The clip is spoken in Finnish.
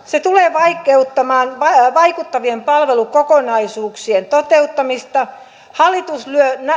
se tulee vaikeuttamaan vaikuttavien palvelukokonaisuuksien toteuttamista hallitus